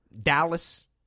Dallas